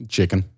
Chicken